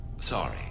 Sorry